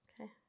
Okay